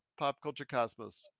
popculturecosmos